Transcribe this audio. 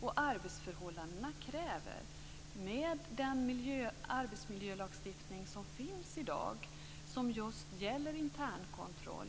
Och arbetsförhållandena kräver, med den arbetsmiljölagstiftning som finns i dag som gäller internkontroll,